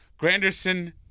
Granderson